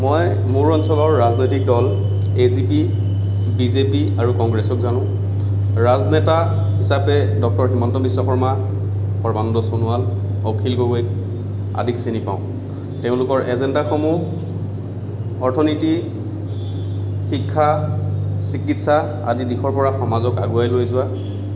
মই মোৰ অঞ্চলৰ ৰাজনৈতিক দল A G P B J P আৰু কংগ্ৰেছক জানো ৰাজনেতা হিচাপে ডক্তৰ হিমন্ত বিশ্ব শৰ্মা সৰ্বানন্দ সোণোৱাল অখিল গগৈ আদিক চিনি পাওঁ তেওঁলোকৰ এজেণ্ডাসমূহ অৰ্থনীতি শিক্ষা চিকিৎসা আদি দিশৰপৰা সমাজক আগুৱাই লৈ যোৱা